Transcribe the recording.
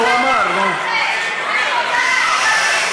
הוא אומר שהצעת החוק,